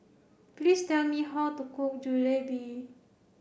please tell me how to cook Jalebi